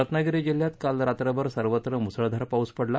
रत्नागिरी जिल्ह्यात काल रात्रभर सर्वत्र मुसळधार पाऊस पडला